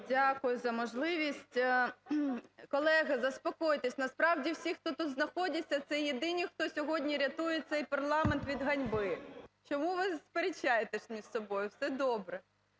Дякую за можливість. Колеги, заспокойтесь. Насправді, всі, хто тут знаходяться, це єдині, хто сьогодні рятує цей парламент від ганьби. Чому ви сперечаєтесь між собою? Все добре.